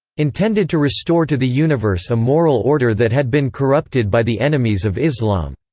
intended to restore to the universe a moral order that had been corrupted by the enemies of islam.